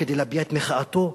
כדי להביע את מחאתו.